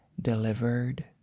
delivered